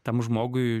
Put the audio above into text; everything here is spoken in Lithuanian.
tam žmogui